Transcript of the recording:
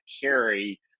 carry